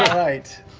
right.